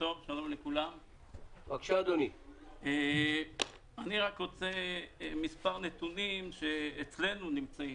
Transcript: אני רק רוצה מספר נתונים שאצלנו נמצאים.